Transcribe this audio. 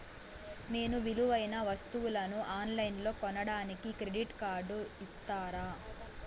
నేను విలువైన వస్తువులను ఆన్ లైన్లో కొనడానికి క్రెడిట్ కార్డు ఇస్తారా?